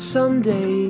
Someday